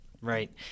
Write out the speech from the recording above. Right